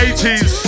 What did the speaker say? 80s